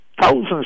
thousands